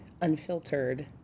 unfiltered